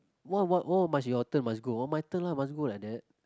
what what what must your turn must go oh my turn lah must go like that